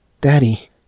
Daddy